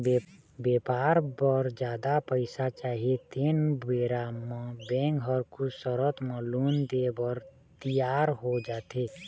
बेपार बर जादा पइसा चाही तेन बेरा म बेंक ह कुछ सरत म लोन देय बर तियार हो जाथे